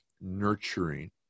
nurturing